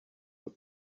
with